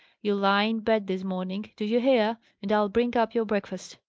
you lie in bed this morning do you hear and i'll bring up your breakfast.